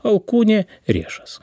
alkūnė riešas